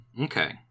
Okay